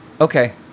Okay